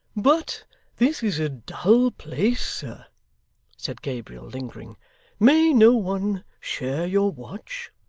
but this is a dull place, sir said gabriel lingering may no one share your watch